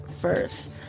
first